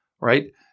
right